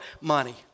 money